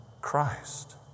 Christ